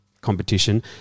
competition